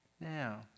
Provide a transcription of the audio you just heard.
Now